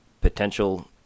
potential